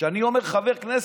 כשאני אומר "חבר כנסת",